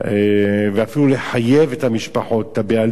ואפילו לחייב את המשפחות, את הבעלים,